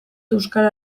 euskara